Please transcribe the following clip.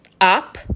up